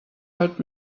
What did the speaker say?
old